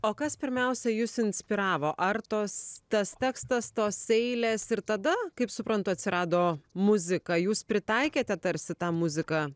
o kas pirmiausia jus inspiravo ar tos tas tekstas tos eilės ir tada kaip suprantu atsirado muzika jūs pritaikėte tarsi tą muziką